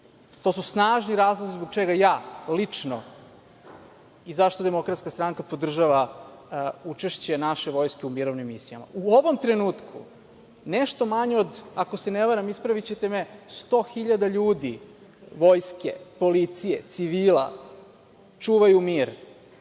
To su snažni razlozi zbog čega ja lično i zašto DS podržava učešće naše vojske u mirovnim misijama.U ovom trenutku nešto manje od, ako se ne varam, ispravićete me, 100 hiljada ljudi, vojske, policije, civila čuvaju mir,